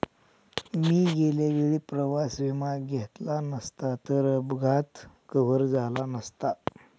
मी गेल्या वेळी प्रवास विमा घेतला नसता तर अपघात कव्हर झाला नसता